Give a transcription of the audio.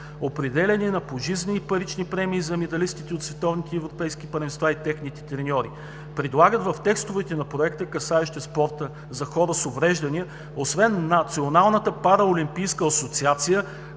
определяне на пожизнени парични премии за медалистите от световните и европейски първенства и техните треньори; - предлагат в текстовете на Проекта, касаещи спорта за хора с увреждания, освен националната Параолимпийска асоциация